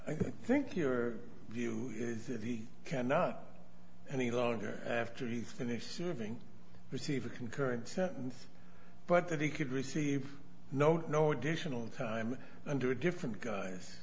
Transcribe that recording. i think your view is that he cannot any longer after he's finished serving receive a concurrent sentences but that he could receive no no additional time under a different gu